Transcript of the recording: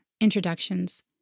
introductions